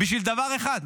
בשביל דבר אחד,